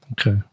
Okay